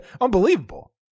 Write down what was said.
Unbelievable